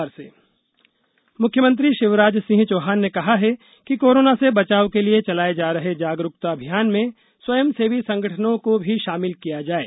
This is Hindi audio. कोरोना जागरूकता मुख्यमंत्री शिवराज सिंह चौहान ने कहा है कि कोरोना से बचाव के लिए चलाये जा रहे जागरूकता अभियान में स्वयंसेवी संगठनों को भी शामिल किया जाये